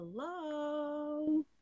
Hello